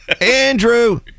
Andrew